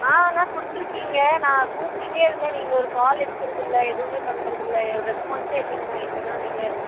ஆ அண்ணா கொடுத்துருக்கீங்க நான் கூப்பிடுட்டே இருந்தேன் நீங்கள் ஒரு கால் எடுக்கிறது இல்லை எதுவுமே பண்ணுறது இல்லை ஒரு ரெஸ்பான்ஸ்ஸே இல்லைங்கண்ணா என்னண்ணா நீங்கள்